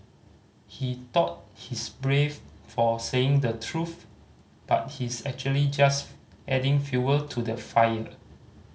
he thought he's brave for saying the truth but he's actually just adding fuel to the fire